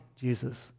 Jesus